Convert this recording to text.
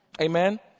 Amen